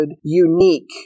unique